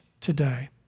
today